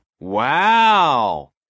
Wow